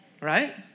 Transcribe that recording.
Right